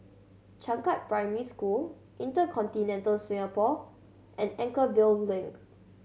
Changkat Primary School InterContinental Singapore and Anchorvale Link